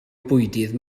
bwydydd